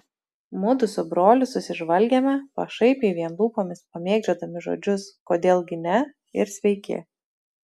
mudu su broliu susižvalgėme pašaipiai vien lūpomis pamėgdžiodami žodžius kodėl gi ne ir sveiki